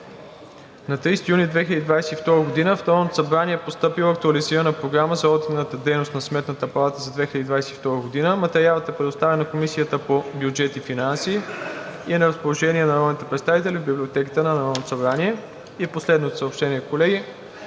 На 30 юни 2022 г. в Народното събрание е постъпила актуализирана програма за одитната дейност на Сметната палата за 2022 г. Материалът е предоставен на Комисията по бюджет и финанси и е на разположение на народните представители в Библиотеката на Народното събрание. От Националния